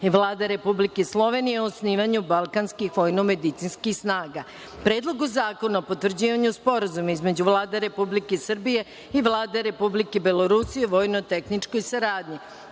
i Vlade Republike Slovenije o osnivanju Balkanskih vojnomedicinskih snaga; Predlogu zakona o potvrđivanju Sporazuma između Vlade Republike Srbije i Vlade Republike Belorusije o vojno-tehničkoj saradnji;